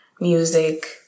music